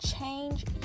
Change